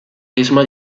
misma